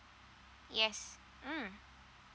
yes mm